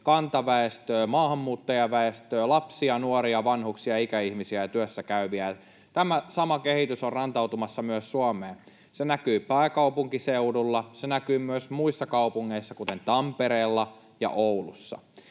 kantaväestöä, maahanmuuttajaväestöä, lapsia, nuoria, vanhuksia, ikäihmisiä ja työssäkäyviä. Tämä sama kehitys on rantautumassa myös Suomeen. Se näkyy pääkaupunkiseudulla, ja se näkyy myös muissa kaupungeissa, kuten Tampereella ja Oulussa.